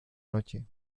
noche